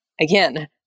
again